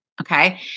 Okay